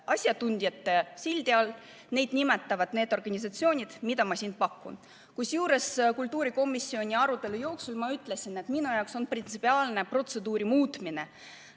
asjatundjate sildi all, nimetavad need organisatsioonid, mida ma siin pakun. Kultuurikomisjoni arutelu jooksul ma ütlesin, et printsipiaalne protseduuri muutmine